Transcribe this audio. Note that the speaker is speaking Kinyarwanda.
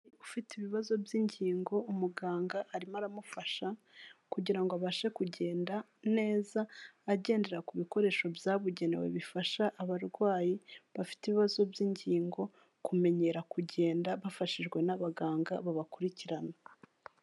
Ufite ibibazo by'ingingo, umuganga arimo aramufasha kugira ngo abashe kugenda neza, agendera ku bikoresho byabugenewe bifasha abarwayi bafite ibibazo by'ingingo kumenyera kugenda, bafashijwe n'abaganga babakurikirana.